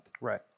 Right